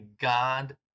God